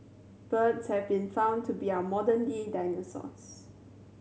birds have been found to be our modern day dinosaurs